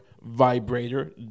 vibrator